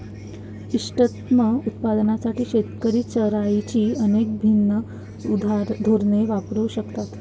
इष्टतम उत्पादनासाठी शेतकरी चराईची अनेक भिन्न धोरणे वापरू शकतात